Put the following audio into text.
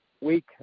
week